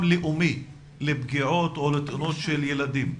לאומי לפגיעות או לתאונות של ילדים.